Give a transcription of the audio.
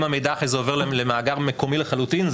אם המידע אחרי זה עובר למאגר מקומי לחלוטין,